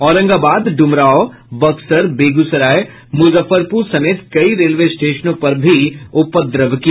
औरंगाबाद ड्मरांव बक्सर बेगूसराय मूजफ्फरपूर समेत कई रेलवे स्टेशनों पर भी उपद्रव किया